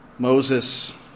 Moses